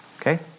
Okay